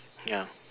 ya